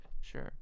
sure